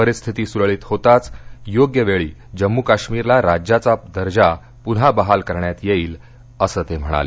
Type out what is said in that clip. परिस्थिती सुरळीत होताच योग्य वेळी जम्मू काश्मीरला राज्याचा दर्जा पुन्हा बहाल करण्यात येईल असं ते म्हणाले